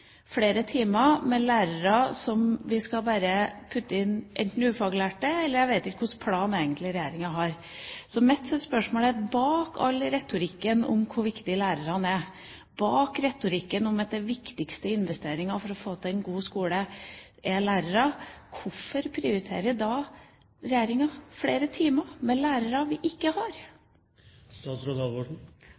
flere timer med lærere som vi bare skal putte inn, enten ufaglærte eller – jeg vet ikke hva slags plan regjeringen egentlig har. Så mitt spørsmål er: Bak all retorikken om hvor viktig lærerne er, bak retorikken om at lærere er den viktigste investeringen for å få til en god skole – hvorfor prioriterer da regjeringen flere timer med lærere vi ikke